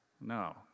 No